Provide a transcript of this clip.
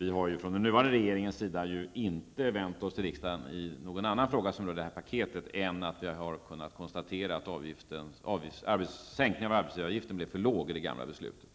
Vi i den nuvarande regeringen har inte vänt oss till riksdagen i någon annan fråga rörande det här paketet. Vi har bara konstaterat att sänkningen av arbetsgivaravgiften blev för liten när det gäller det gamla beslutet.